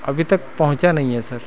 अभी तक पहुंचा नहीं है